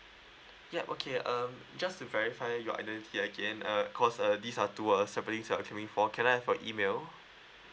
ya okay um just to verify your identity again uh cause uh these are to uh supporting you're calling for can I have your email